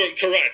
Correct